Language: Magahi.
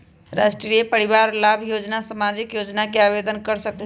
राष्ट्रीय परिवार लाभ योजना सामाजिक योजना है आवेदन कर सकलहु?